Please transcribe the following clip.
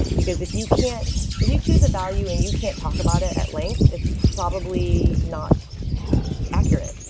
because if you can't if you choose a value and you can't talk about it at length, it's probably not accurate.